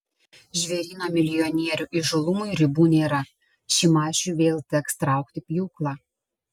žvėryno milijonierių įžūlumui ribų nėra šimašiui vėl teks traukti pjūklą